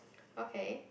okay